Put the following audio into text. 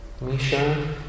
Misha